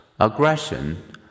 Aggression